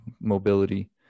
mobility